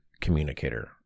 communicator